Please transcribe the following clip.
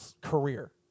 career